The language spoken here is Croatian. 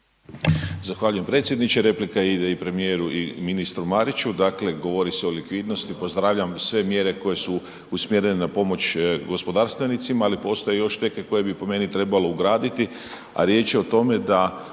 Zahvaljujem predsjedniče. Replika ide i premijeru i ministru Mariću, dakle govori se o likvidnosti pozdravljam sve mjere koje usmjerene na pomoć gospodarstvenicima, ali postoje još neke koje bi po meni trebalo ugraditi,